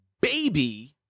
Baby